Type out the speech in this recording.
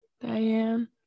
Diane